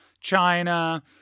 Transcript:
China